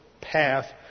path